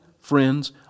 friends